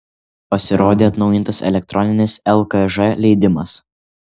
pasirodė atnaujintas elektroninis lkž leidimas